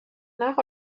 nach